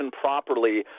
properly